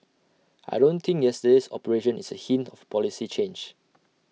I don't think yesterday's operation is A hint of A policy change